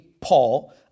Paul